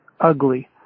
ugly